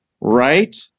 right